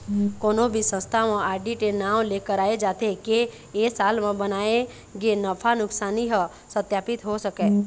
कोनो भी संस्था म आडिट ए नांव ले कराए जाथे के ए साल म बनाए गे नफा नुकसानी ह सत्पापित हो सकय